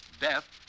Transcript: death